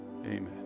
Amen